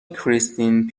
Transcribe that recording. کریستین